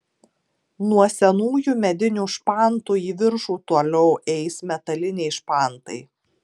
nuo senųjų medinių špantų į viršų toliau eis metaliniai špantai